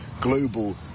global